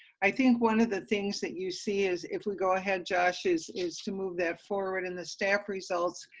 i think one of the things that you see is if we go ahead, josh, is is to move that forward, and the staff results,